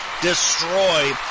destroy